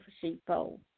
sheepfold